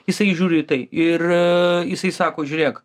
jisai žiūri į tai ir jisai sako žiūrėk